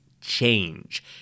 change